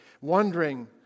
wondering